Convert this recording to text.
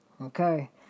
okay